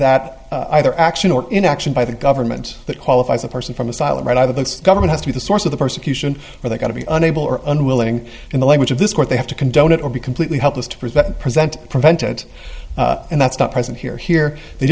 that either action or inaction by the government that qualifies a person from asylum right either the government has to be the source of the persecution or they're going to be unable or unwilling in the language of this court they have to condone it or be completely helpless to prevent present prevent it and that's not present here here they